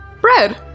Bread